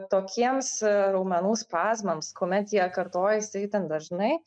tokiems raumenų spazmams kuomet jie kartojasi itin dažnai